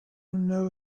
know